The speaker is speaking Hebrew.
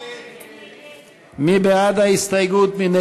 מי נגד ההסתייגות?